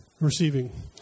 receiving